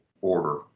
order